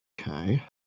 Okay